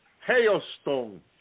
hailstone